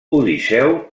odisseu